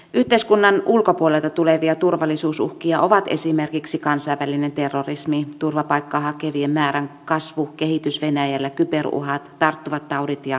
yhteiskunnan ulkopuolelta tulevia turvallisuusuhkia ovat esimerkiksi kansainvälinen terrorismi turvapaikkaa hakevien määrän kasvu kehitys venäjällä kyberuhat tarttuvat taudit ja ympäristökatastrofit